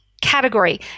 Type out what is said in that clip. category